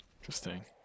interesting